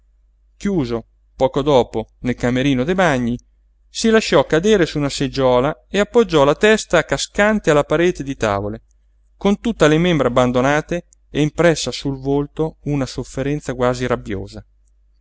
chiuso poco dopo nel camerino dei bagni si lasciò cadere su una seggiola e appoggiò la testa cascante alla parete di tavole con tutte le membra abbandonate e impressa sul volto una sofferenza quasi rabbiosa